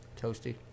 Toasty